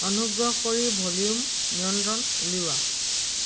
অনুগ্ৰহ কৰি ভলিউম নিয়ন্ত্ৰন উলিওৱা